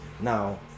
Now